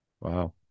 Wow